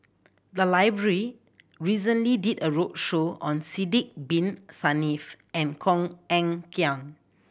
the library recently did a roadshow on Sidek Bin Saniff and Koh Eng Kian